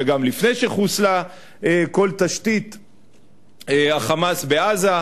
וגם לפני שחוסלה כל תשתית ה"חמאס" בעזה.